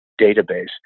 database